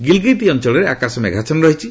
ଗିଲ୍ଗିଟ୍ ଅଞ୍ଚଳରେ ଆକାଶ ମେଘାଚ୍ଛନ୍ନ ରହିଛି